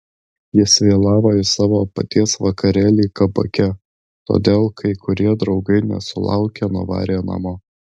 jis vėlavo į savo paties vakarėlį kabake todėl kai kurie draugai nesulaukę nuvarė namo